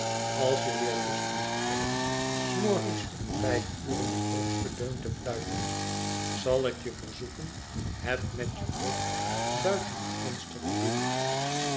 als je weer lust mocht hebben s morgens om vijf uren je hoogsten deun te fluiten zal ik je verzoeken het met je hoofd buiten het venster te doen